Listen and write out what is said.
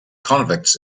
convicts